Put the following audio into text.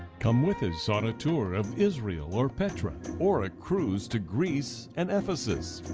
come with us on a tour of israel or petra, or a cruise to greece and ephesus.